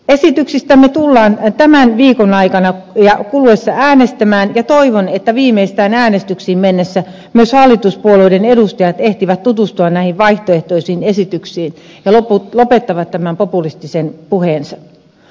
esityksistämme tullaan tämän viikon kuluessa äänestämään ja toivon että viimeistään äänestyksiin mennessä myös hallituspuolueiden edustajat ehtivät tutustua näihin vaihtoehtoisiin esityksiin ja lopettavat tämän populistisen puheensa